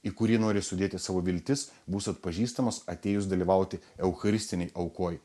į kurį nori sudėti savo viltis bus atpažįstamas atėjus dalyvauti eucharistinėj aukoj